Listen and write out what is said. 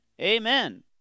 Amen